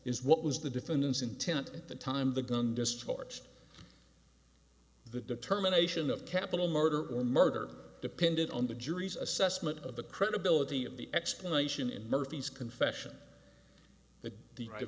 is what was the defendant's intent at the time the gun discharged the determination of capital murder or murder depended on the jury's assessment of the credibility of the explanation and murphy's confession